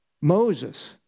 Moses